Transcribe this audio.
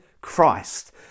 Christ